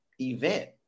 event